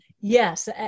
Yes